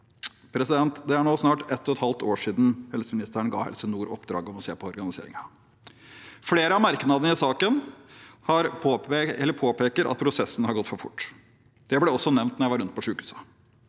Det er nå snart ett og et halvt år siden helseministeren ga Helse nord i oppdrag å se på organiseringen. Flere av merknadene i saken påpeker at prosessen har gått for fort. Det ble også nevnt da jeg var rundt på sykehusene.